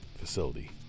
facility